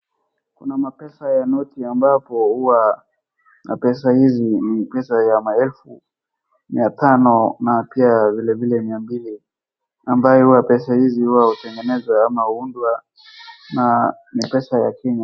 Kuna mapesa ya noti ambapo huwa mapesa hizi ni pesa ya maelfu, mia tano na pia vilevile mia mbli ambaye huwa pesa hizi huwa hutengenezwa na huunda na ni pesa ya Kenya.